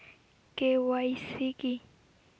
KYC কী?